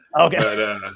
Okay